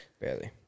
Barely